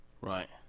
Right